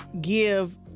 give